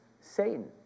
Satan